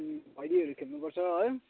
भैलीहरू खेल्नु पर्छ है